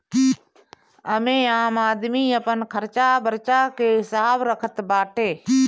एमे आम आदमी अपन खरचा बर्चा के हिसाब रखत बाटे